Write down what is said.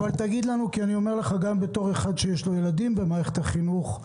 אני אומר לך גם בתור אחד שיש לו ילדים במערכת החינוך,